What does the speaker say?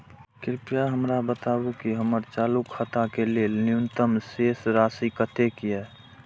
कृपया हमरा बताबू कि हमर चालू खाता के लेल न्यूनतम शेष राशि कतेक या